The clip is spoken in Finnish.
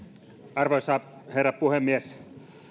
arvoisa herra puhemies